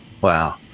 Wow